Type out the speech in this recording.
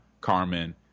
Carmen